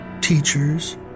teachers